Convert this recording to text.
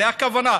זו הכוונה.